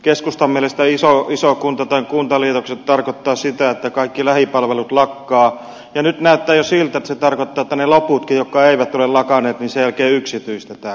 keskustan mielestä iso kunta tai kuntaliitokset tarkoittavat sitä että kaikki lähipalvelut lakkaavat ja nyt näyttää jo siltä että se tarkoittaa että ne loputkin jotka eivät ole lakanneet sen jälkeen yksityistetään